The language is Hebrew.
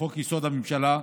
לחוק-יסוד: הממשלה,